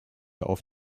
auf